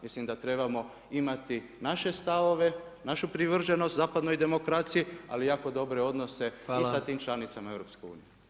Mislim da trebamo imati naše stavove, našu privrženost zapadnoj demokraciji, ali jako dobre odnose i sa tim članicama u EU.